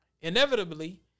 Inevitably